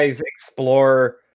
explore